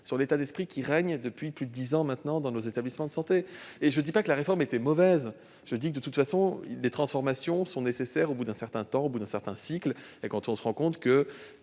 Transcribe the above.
sur l'état d'esprit qui règne depuis plus de dix ans dans nos établissements de santé. Je ne dis pas pour autant que la réforme était mauvaise. Je dis simplement que les transformations sont nécessaires au bout d'un certain temps, au terme d'un certain cycle, quand on se rend compte que